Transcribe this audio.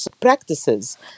practices